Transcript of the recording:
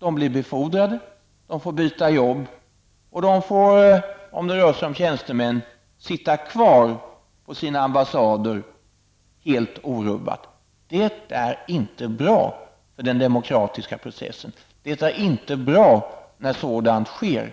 De blir befordrade och får byta arbete. Rör det sig om tjänstemän får de sitta kvar helt orubbade på sina ambassader. Det är inte bra för den demokratiska processen. Det är inte bra för riksdagen när sådant sker.